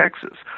Texas